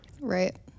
Right